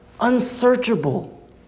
Unsearchable